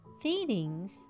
feelings